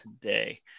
today